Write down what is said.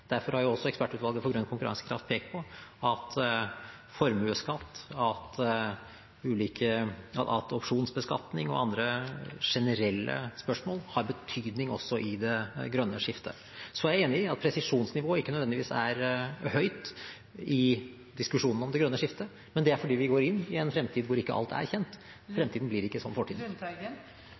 Derfor har også Ekspertutvalget for grønn konkurransekraft pekt på at formuesskatt, opsjonsbeskatning og andre generelle spørsmål har betydning også i det grønne skiftet. Så er jeg enig i at presisjonsnivået ikke nødvendigvis er høyt i diskusjonen om det grønne skiftet, men det er fordi vi går inn i en fremtid hvor ikke alt er kjent. Fremtiden blir ikke som